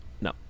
No